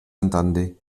entendaient